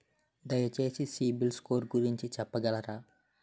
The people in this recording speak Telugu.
దయచేసి సిబిల్ స్కోర్ గురించి చెప్పగలరా?